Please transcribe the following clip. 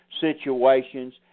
situations